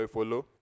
Follow